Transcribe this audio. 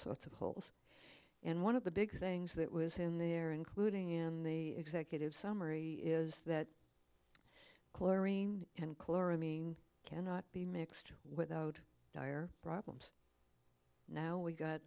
sorts of holes and one of the big things that was in there including in the executive summary is that chlorine and chloramine cannot be mixed without dire problems now we got